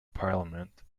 parliament